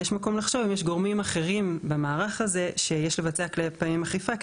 ויש מקום לחשוב אם יש גורמים אחרים במערך הזה שיש לבצע כלפיהם אכיפה,